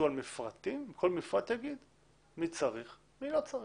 על מפרטים וכל מפרט יגיד מי צריך ומי לא צריך.